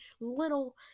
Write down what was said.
little